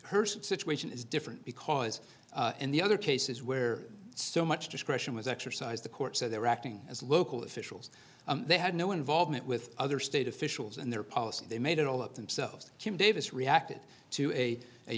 her situation is different because in the other cases where so much discretion was exercised the court said they were acting as local officials they had no involvement with other state officials and their policy they made it all up themselves jim davis reacted to a a